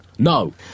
No